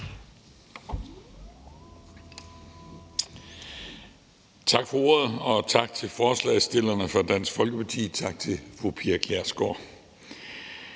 Tak for ordet, og tak til forslagsstillerne fra Dansk Folkeparti, tak til fru Pia Kjærsgaard.